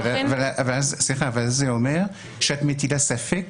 ואז זה אומר שאת מטילה ספק